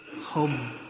home